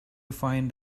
find